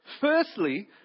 firstly